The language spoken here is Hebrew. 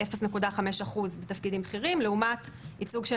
0.5% בתפקידים בכירים לעומת ייצוג של